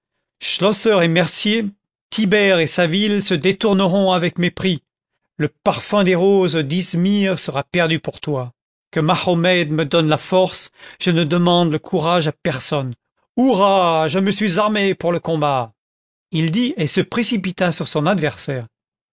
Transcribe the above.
schlosser et mercier thibert et savile se détourneront avec mépris le parfum des roses d'izmir sera perdu pour toi que mahomet me donne la force je ne demande le courage à personne hourra je me suis armé pour le combat il dit et se précipita sur son adversaire